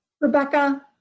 Rebecca